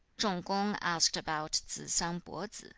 chung-kung asked about tsze-sang po-tsze.